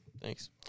Thanks